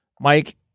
Mike